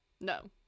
No